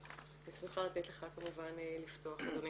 אני שמחה לתת לך לפתוח, אדוני.